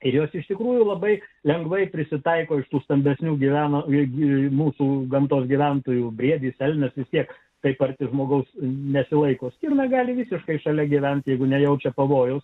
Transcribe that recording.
jos iš tikrųjų labai lengvai prisitaiko iš tų stambesnių gyveno ligi mūsų gamtos gyventojų briedį pelnėsi tiek taip arti žmogaus nesilaiko ir negali visiškai šalia gyventi jeigu nejaučia pavojaus